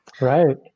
Right